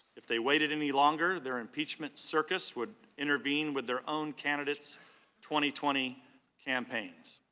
if they waited any longer there impeachment circus would intervene with their own candidate's twenty twenty campaign.